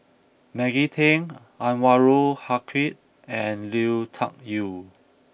Maggie Teng Anwarul Haque and Lui Tuck Yew